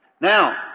Now